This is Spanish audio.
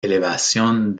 elevación